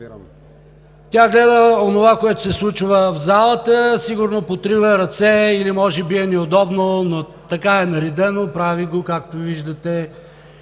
Тя гледа онова, което се случва в залата, сигурно потрива ръце, или може би ѝ е неудобно, но така е наредено, прави го, както виждате,